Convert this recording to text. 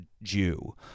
Jew